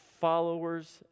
followers